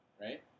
right